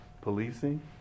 policing